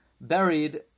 buried